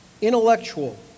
Intellectual